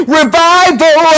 revival